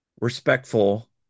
respectful